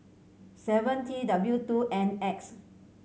seven T W two N X